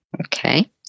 Okay